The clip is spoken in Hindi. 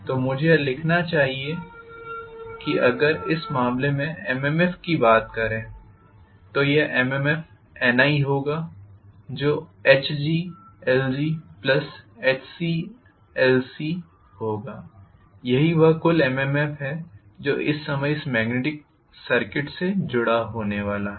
तो मुझे यह लिखना चाहिए अगर इस मामले में MMF की बात करें तो यह MMF Ni होगा जो HglgHclc होगा यही वह कुल MMF है जो इस समय इस मेग्नेटिक सर्किट से जुड़ा होने वाला है